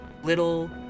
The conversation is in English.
little